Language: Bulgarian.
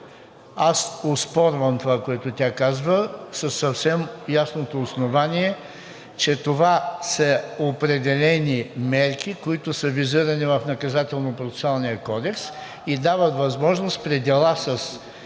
Аз оспорвам това, което тя казва, със съвсем ясното основание, че това са определени мерки, които са визирани в Наказателно-процесуалния